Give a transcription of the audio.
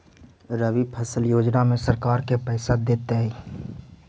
रबि फसल योजना में सरकार के पैसा देतै?